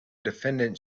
defendant